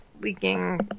leaking